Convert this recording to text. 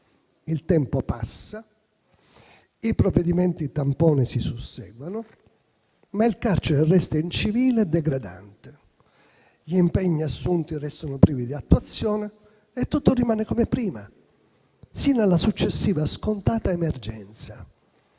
Il tempo passa, i provvedimenti tampone si susseguono, ma il carcere resta incivile e degradante. Gli impegni assunti restano privi di attuazione e tutto rimane come prima, sino alla successiva scontata emergenza.